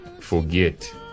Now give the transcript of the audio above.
forget